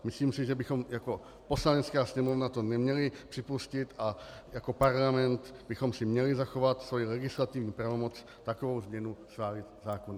Myslím si, že bychom to jako Poslanecká sněmovna neměli připustit a jako parlament bychom si měli zachovat svoji legislativní pravomoc takovou změnu schválit zákonem.